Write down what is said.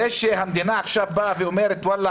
זה שהמדינה עכשיו אומרת: וואלה,